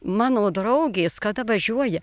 mano draugės kada važiuoja